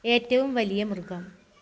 ഏറ്റവും വലിയ മൃഗം